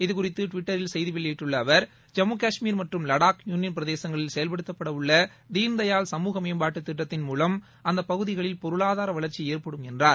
இதுகுறித்து டுவிட்டர் செய்தி வெளியிட்டுள்ள அவர் ஜம்மு காஷ்மீர் மற்றும் வடாக் யூனியள் பிரதேசங்களில் செயல்படுத்தப்படவுள்ள தீனதயாள் சமுக மேம்பாட்டுத் திட்டத்தின் மூலம் அந்தப் பகுதிகளில் பொருளாதார வளர்ச்சி ஏற்படும் என்றார்